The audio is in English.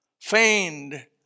feigned